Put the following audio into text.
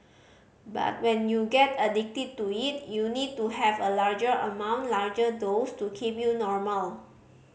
but when you get addicted to it you need to have a larger amount larger dose to keep you normal